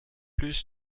plus